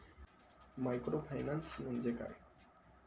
Microfinance म्हणजे काय?